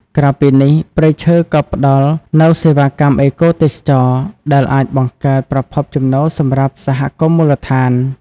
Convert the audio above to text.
ក្រៅពីនេះ ព្រៃឈើក៏ផ្ដល់នូវសេវាកម្មអេកូទេសចរណ៍ ដែលអាចបង្កើតប្រភពចំណូលសម្រាប់សហគមន៍មូលដ្ឋាន។